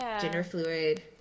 gender-fluid